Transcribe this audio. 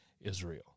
Israel